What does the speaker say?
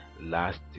last